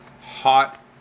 hot